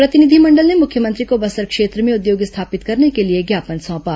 प्रतिनिधिमंडल ने मुख्यमंत्री को बस्तर क्षेत्र में उद्योग स्थापित करने के लिए ज्ञापन सौंपा